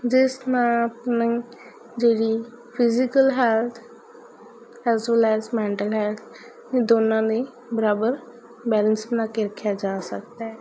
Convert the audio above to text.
ਜਿਸ ਨਾਲ ਆਪਣੀ ਜਿਹੜੀ physical health as well as mental health ਵੀ ਦੋਨਾਂ ਲਈ ਬਰਾਬਰ ਬੈਲੰਸ ਬਣਾ ਕੇ ਰੱਖਿਆ ਜਾ ਸਕਦਾ